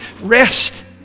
rest